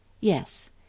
Yes